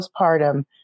postpartum